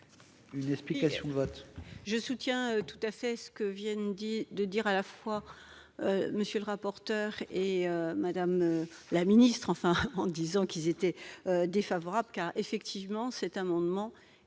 pour explication de vote.